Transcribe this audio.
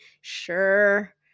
sure